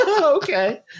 okay